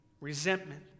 resentment